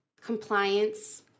compliance